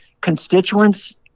constituents